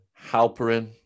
halperin